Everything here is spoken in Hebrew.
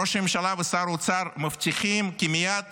ראש ממשלה ושר אוצר מבטיחים כי מייד